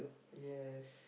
yes